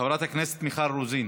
חברת הכנסת מיכל רוזין,